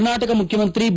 ಕರ್ನಾಟಕ ಮುಖ್ಯಮಂತಿ ಬಿ